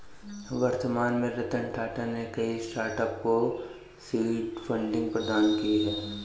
वर्तमान में रतन टाटा ने कई स्टार्टअप को सीड फंडिंग प्रदान की है